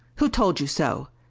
who told you so?